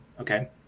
Okay